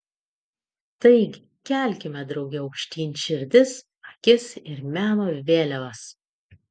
taigi kelkime drauge aukštyn širdis akis ir meno vėliavas